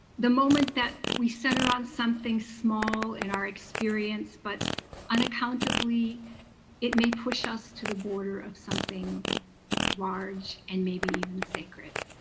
the moment that we settle on something small in our experience but unaccountably it may push us to the border of something large, and maybe even sacred.